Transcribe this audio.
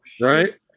right